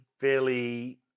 fairly